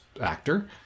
Actor